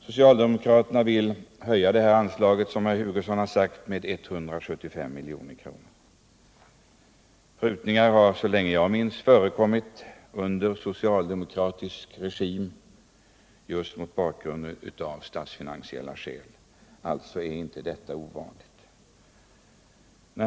Socialdemokraterna vill, som herr Hugosson sade, höja anslaget med 175 milj.kr. Prutningar har förekommit så länge jag minns under socialdemokratisk regim, just av statsfinansiella skäl. Alltså är inte detta ovanligt.